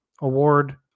award